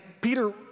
Peter